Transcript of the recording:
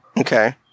Okay